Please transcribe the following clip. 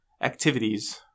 activities